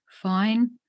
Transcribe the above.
fine